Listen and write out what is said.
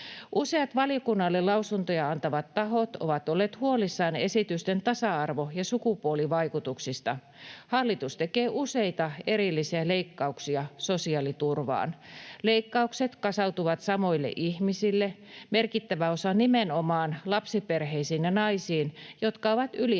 Useat valiokunnalle lausuntoja antaneet tahot ovat olleet huolissaan esitysten tasa-arvo- ja sukupuolivaikutuksista. Hallitus tekee useita erillisiä leikkauksia sosiaaliturvaan. Leikkaukset kasautuvat samoille ihmisille, merkittävä osa nimenomaan lapsiperheisiin ja naisiin, jotka ovat yliedustettuja